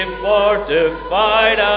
fortified